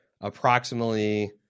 approximately